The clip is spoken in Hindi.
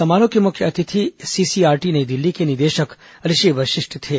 समारोह के मुख्य अतिथि सीसीआरटी नई दिल्ली के निदेषक ऋषि वषिष्ठ थे